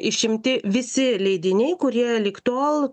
išimti visi leidiniai kurie lig tol